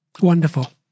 Wonderful